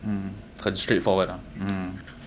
mm 很 straightforward ah mm